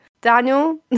Daniel